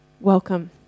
Welcome